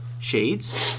Shades